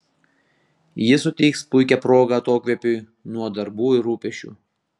ji suteiks puikią progą atokvėpiui nuo darbų ir rūpesčių